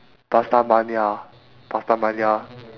pastamania pastamania